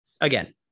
Again